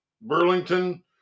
Burlington